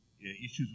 issues